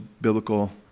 biblical